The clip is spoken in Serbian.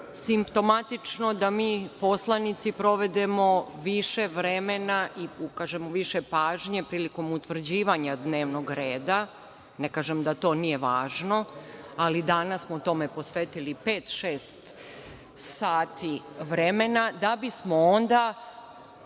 simptomatično da mi poslanici provedemo više vremena i ukažemo više pažnje prilikom utvrđivanja dnevnog reda, ne kažem da to nije važno, ali danas smo tome posvetili pet, šest sati vremena, da bismo onda